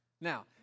Now